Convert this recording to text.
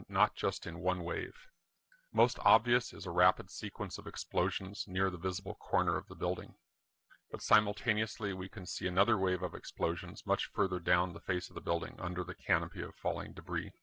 not just in one wave most obvious as a rapid sequence of explosions near the visible corner of the building but simultaneously we can see another wave of explosions much further down the face of the building under the canopy of falling debris